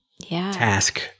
task